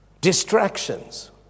Distractions